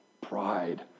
Pride